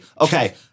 Okay